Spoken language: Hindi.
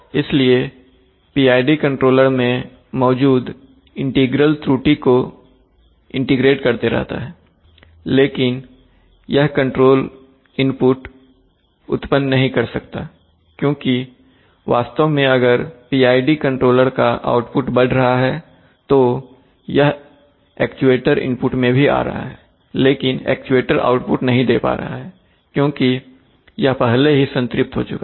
इसलिए PID कंट्रोलर में मौजूद इंटीग्रल त्रुटि को इंटीग्रेट करते रहता है लेकिन यह कंट्रोल इनपुट उत्पन्न नहीं कर सकता क्योंकि वास्तव में अगर PID कंट्रोलर का आउटपुट बढ़ रहा है तो यह एक्चुएटर इनपुट में भी आ रहा है लेकिन एक्चुएटर आउटपुट नहीं दे पा रहा है क्योंकि यह पहले ही संतृप्त हो चुका है